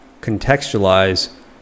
contextualize